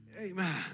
Amen